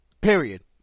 Period